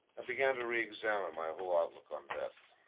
and began to reexamine my whole outlook on death.